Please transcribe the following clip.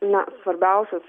na svarbiausius